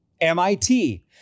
MIT